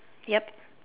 yup